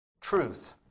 truth